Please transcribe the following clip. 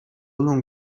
long